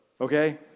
okay